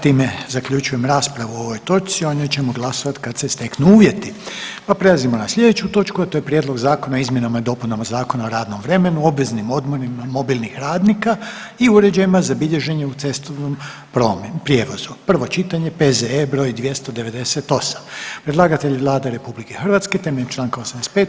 Hvala lijepa, time zaključujem raspravu o ovoj točci, o njoj ćemo glasovati kad se steknu uvjeti pa prelazimo na slijedeću točku, a to je: - Prijedlog Zakona o izmjenama i dopunama Zakona o radnom vremenu, obveznim odmorima mobilnih radnika i uređajima za bilježenje u cestovnom prijevoz, prvo čitanje, P.Z.E. broj 298 Predlagatelj je Vlada RH temeljem Članka 85.